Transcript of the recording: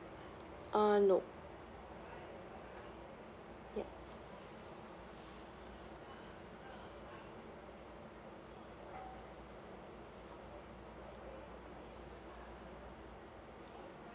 uh nope yup